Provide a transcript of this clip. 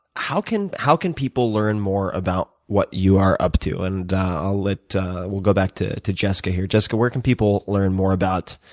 how can how can people learn more about what you are up to? and i'll let we'll go back to to jessica here. jessica, where can people learn more about